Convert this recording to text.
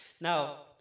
Now